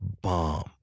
bomb